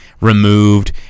removed